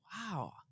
wow